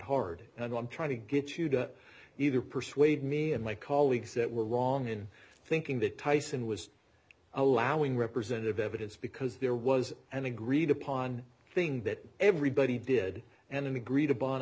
hard and i'm trying to get you to either persuade me and my colleagues that were wrong in thinking that tyson was allowing represented evidence because there was an agreed upon thing that everybody did and an agree